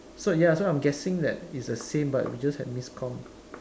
so ya so I'm guessing that is the same but we just had miscomm